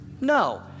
No